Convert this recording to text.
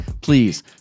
please